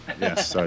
yes